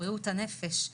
בריאות הנפש,